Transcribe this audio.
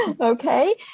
Okay